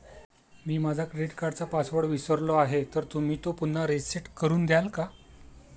मी माझा क्रेडिट कार्डचा पासवर्ड विसरलो आहे तर तुम्ही तो पुन्हा रीसेट करून द्याल का?